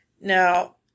Now